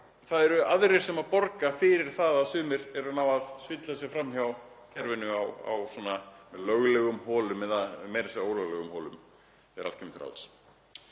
það eru aðrir sem borga fyrir það að sumir eru að ná að svindla sig fram hjá kerfinu með löglegum holum eða meira að segja ólöglegum holum þegar allt kemur til